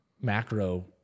macro